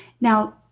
Now